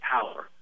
power